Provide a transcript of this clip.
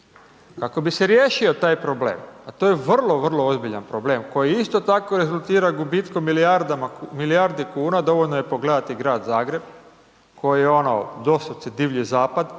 Kako bi se riješio taj problem, a to je vrlo, vrlo ozbiljan problem koji isto tako rezultira gubitkom milijardi kuna, dovoljno je pogledati Grad Zagreb koji je doslovce divlji zapad